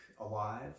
alive